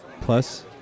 Plus